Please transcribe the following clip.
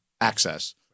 access